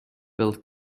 build